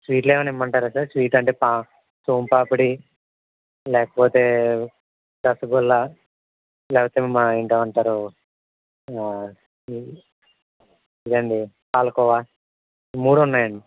స్వీట్లు ఏమన్న ఇమ్మంటారా సార్ స్వీట్ అంటే సోం పాపిడి లేకపోతే రసగుల్ల లేకపోతే ఇంకా ఏమి అంటారు ఇదండి పాలకోవా ఈ మూడు ఉన్నాయండి